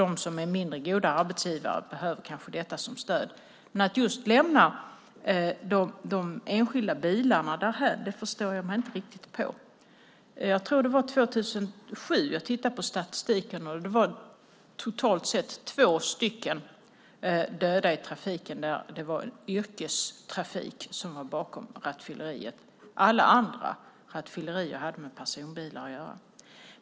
De som är mindre goda arbetsgivare behöver kanske detta som stöd. Men att man lämnar just de enskilda bilarna därhän förstår jag mig inte riktigt på. När jag tittade på statistiken tror jag att det 2007 var totalt två personer som dödades i trafiken och där yrkestrafiken låg bakom rattfylleriet. Allt annat rattfylleri hade med personbilar att göra.